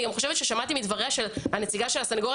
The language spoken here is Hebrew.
אני גם חושבת ששמעתי מדבריה של נציגת הסנגוריה